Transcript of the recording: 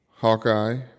Hawkeye